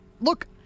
look